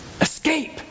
Escape